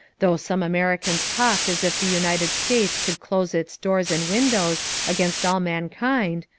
though some americans talked as if the united states could close its doors and windows against all mankind,